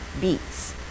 beets